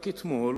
רק אתמול